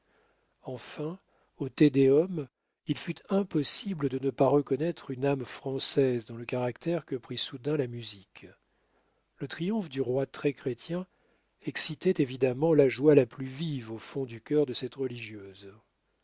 enfin au te deum il fut impossible de ne pas reconnaître une âme française dans le caractère que prit soudain la musique le triomphe du roi très chrétien excitait évidemment la joie la plus vive au fond du cœur de cette religieuse